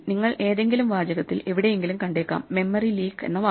നിങ്ങൾ ഏതെങ്കിലും വാചകത്തിൽ എവിടെയെങ്കിലും കണ്ടേക്കാം മെമ്മറി ലീക്ക് എന്ന വാക്ക്